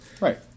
right